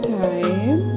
time